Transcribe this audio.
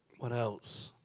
what else?